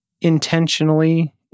intentionally